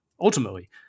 ultimately